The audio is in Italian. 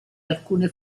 alcune